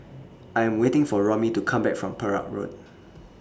I'm waiting For Romie to Come Back from Perak Road